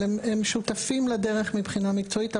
אבל הם שותפים לדרך מבחינה מקצועית.